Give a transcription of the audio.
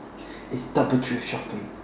it's double thrift shopping